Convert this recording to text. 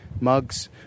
mugs